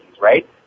right